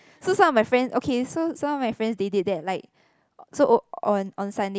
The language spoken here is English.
so some of friends okay so some of my friend they did that like so on on Sunday